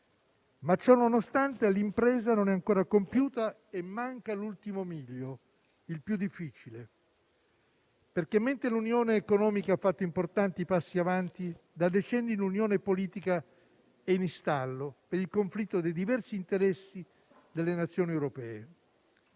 Tuttavia, l'impresa non è ancora compiuta e manca l'ultimo miglio, il più difficile perché, mentre l'unione economica ha fatto importanti passi avanti, da decenni l'unione politica è in stallo per il conflitto dei diversi interessi delle Nazioni europee.